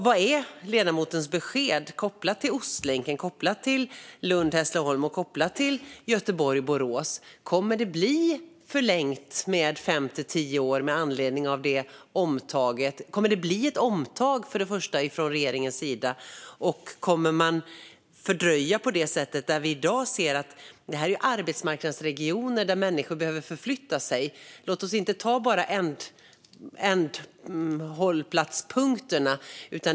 Vad är ledamotens besked när det gäller Ostlänken, Lund-Hässleholm och Göteborg-Borås? Kommer det att bli ett omtag från regeringen? Och kommer det med anledning av omtaget att förlängas med fem tio år? Kommer man att fördröja? Detta är arbetsmarknadsregioner där människor behöver förflytta sig. Låt oss inte bara ta ändpunkterna.